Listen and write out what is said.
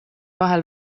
vahel